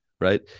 Right